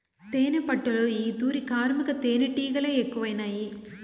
తేనెపట్టులో ఈ తూరి కార్మిక తేనీటిగలె ఎక్కువైనాయి